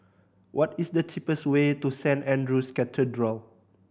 what is the cheapest way to Saint Andrew's Cathedral